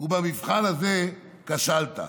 ובמבחן הזה כשלת.